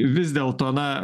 vis dėlto na